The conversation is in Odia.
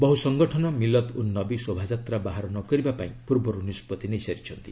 ବହୁ ସଂଗଠନ ମିଲଦ୍ ଉନ୍ ନବୀ ଶୋଭାଯାତ୍ରା ବାହାର ନ କରିବା ପାଇଁ ପୂର୍ବରୁ ନିଷ୍ପଭି ନେଇସାରିଛନ୍ତି